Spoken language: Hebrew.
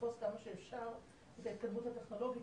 ותתפוס כמה שאפשר את ההתקדמות הטכנולוגית